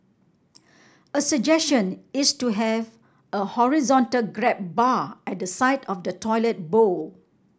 a suggestion is to have a horizontal grab bar at the side of the toilet bowl